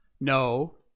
No